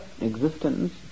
existence